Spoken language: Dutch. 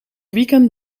weekend